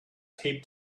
taped